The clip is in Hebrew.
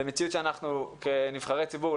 כנבחרי ציבור,